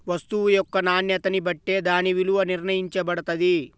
వస్తువు యొక్క నాణ్యతని బట్టే దాని విలువ నిర్ణయించబడతది